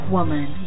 Woman